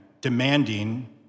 demanding